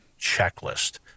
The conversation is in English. checklist